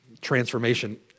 transformation